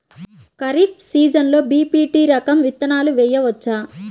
ఖరీఫ్ సీజన్లో బి.పీ.టీ రకం విత్తనాలు వేయవచ్చా?